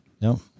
No